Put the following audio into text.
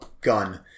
gun